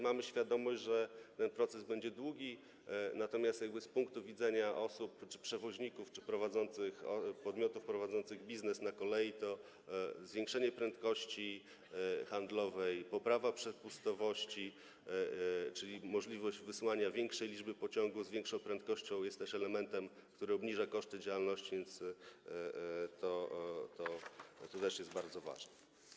Mamy świadomość, że ten proces będzie długi, natomiast z punktu widzenia przewoźników czy podmiotów prowadzących biznes na kolei zwiększenie prędkości handlowej, poprawa przepustowości, czyli możliwość wysłania większej liczby pociągów, z większą prędkością, jest też elementem, który obniża koszty działalności, więc to też jest bardzo ważne.